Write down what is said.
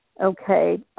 okay